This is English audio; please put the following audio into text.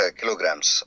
kilograms